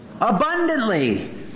Abundantly